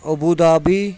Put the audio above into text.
Abu Dhabi